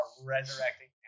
resurrecting